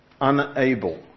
unable